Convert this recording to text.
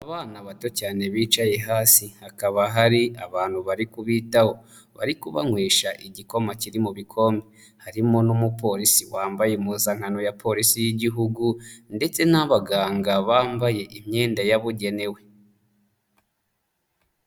Abana bato cyane bicaye hasi hakaba hari abantu bari kubitaho, bari kubanywesha igikoma kiri mu bikombe, harimo n'umupolisi wambaye impuzankano ya Polisi y'Igihugu ndetse n'abaganga bambaye imyenda yabugenewe.